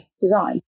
design